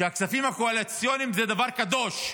שהכספים הקואליציוניים זה דבר קדוש.